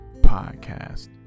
podcast